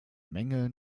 menge